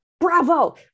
Bravo